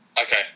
Okay